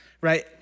right